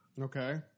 Okay